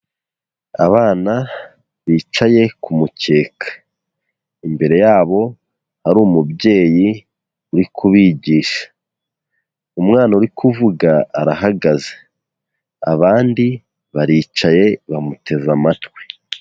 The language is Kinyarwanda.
Abana bicaye kumukeka, imbere yabo hari umubyeyi uri kubigisha, umwana uri kuvuga arahagaze. Abandi baricaye bamuteze amatwi.